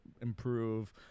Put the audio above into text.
improve